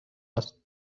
است